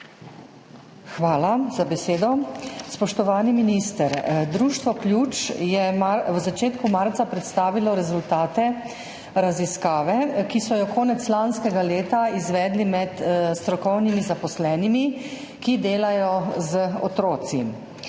Hvala za besedo. Spoštovani minister. Društvo Ključ je v začetku marca predstavilo rezultate raziskave, ki so jo konec lanskega leta izvedli med strokovnimi zaposlenimi, ki delajo z otroki.